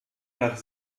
nach